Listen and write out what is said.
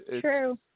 true